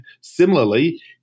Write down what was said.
similarly